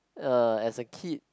uh as a kid